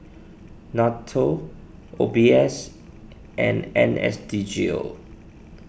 Nato O B S and N S D G O